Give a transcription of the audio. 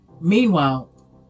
meanwhile